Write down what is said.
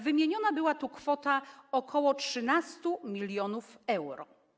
Wymieniona była tu kwota ok. 13 mln euro.